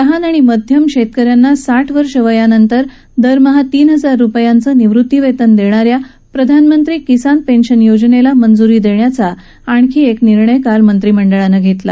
लहान आणि मध्यम शेतकऱ्यांना साठ वर्ष वयानंतर दरमहा तीन हजार रुपयांचं निवृतीवेतन देणाऱ्या प्रधानमंत्री किसान पेन्शन योजनेला मंज्री देण्याचा आणखी एक महत्वाचा निर्णय काल कैंद्रीय मंत्रिमंडळानं घेतला